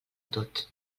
tot